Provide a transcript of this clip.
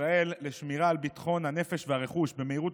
ישראל לשמירה על ביטחון הנפש והרכוש במהירות